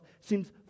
seems